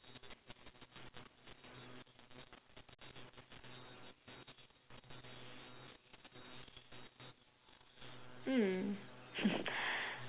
mm